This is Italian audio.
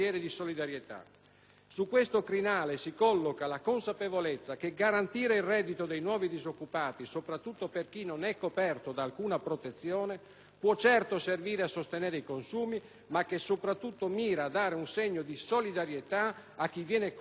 Su questo crinale si colloca la consapevolezza che garantire il reddito dei nuovi disoccupati, soprattutto per chi non è coperto da alcuna protezione, può certo servire a sostenere i consumi, ma soprattutto mira a dare un segno di solidarietà a chi viene colpito dalla crisi.